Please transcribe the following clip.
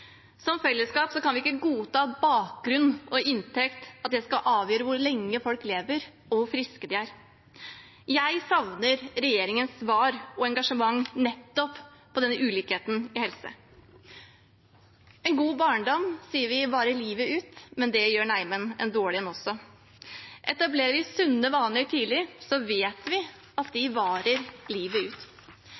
Som fellesskap kan vi ikke godta at bakgrunn og inntekt skal avgjøre hvor lenge folk lever, og hvor friske de er. Jeg savner regjeringens svar på og engasjement for nettopp denne ulikheten innen helse. En god barndom sier vi varer livet ut, men det gjør jammen en dårlig en også. Etablerer vi sunne vaner tidlig, vet vi at de varer livet ut.